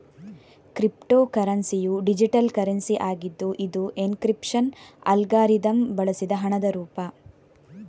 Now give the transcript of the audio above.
crypto ಕರೆನ್ಸಿಯು digital currency ಆಗಿದ್ದು ಇದು ಎನ್ಕ್ರಿಪ್ಶನ್ ಅಲ್ಗಾರಿದಮ್ ಬಳಸಿದ ಹಣದ ರೂಪ